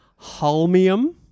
holmium